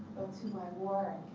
to my work,